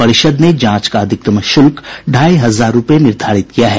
परिषद ने जांच का अधिकतम शुल्क ढाई हजार रूपये निर्धारित किया है